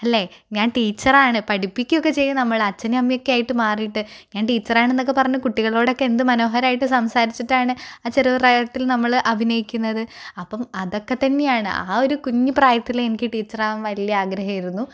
അല്ലെ ഞാൻ ടീച്ചറാണ് പഠിപ്പിക്കുക ഒക്കെ ചെയ്യും നമ്മൾ അച്ഛനും അമ്മയുമായിട്ടൊക്കെ മാറിയിട്ട് ഞാൻ ടീച്ചറാണെന്ന് ഒക്കെ പറഞ്ഞ് കുട്ടികളോടെക്കെ എന്ത് മനോഹരമായിട്ട് സംസാരിച്ചിട്ടാണ് ആ ചെറിയ പ്രായത്തിൽ നമ്മൾ അഭിനയിക്കുന്നത് അപ്പം അതൊക്കെ തന്നെയാണ് ആ ഒരു കുഞ്ഞു പ്രായത്തിലെ എനിക്ക് ടീച്ചറ് ആവാൻ വലിയ ആഗ്രഹമായിരുന്നു